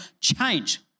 change